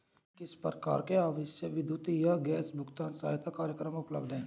किस प्रकार के आवासीय विद्युत या गैस भुगतान सहायता कार्यक्रम उपलब्ध हैं?